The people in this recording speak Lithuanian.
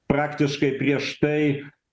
praktiškai prieš tai